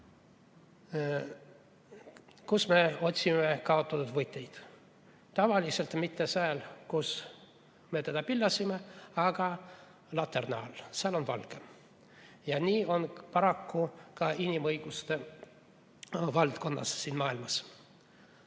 Kust me otsime kaotatud võtit? Tavaliselt mitte sealt, kuhu me ta pillasime, vaid laterna alt, sest seal on valgem. Ja nii on paraku ka inimõiguste valdkonnas siin maailmas.